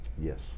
Yes